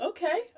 Okay